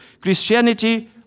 Christianity